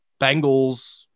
Bengals